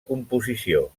composició